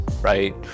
right